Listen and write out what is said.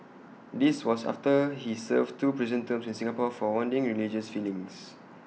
this was after he served two prison terms in Singapore for wounding religious feelings